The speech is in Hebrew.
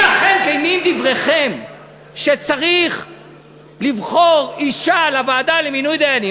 אם אכן כנים דבריכם שצריך לבחור אישה לוועדה למינוי דיינים,